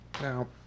Now